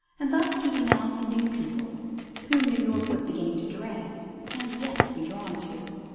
and thus keeping out the new people whom new york was beginning to dread and yet be drawn to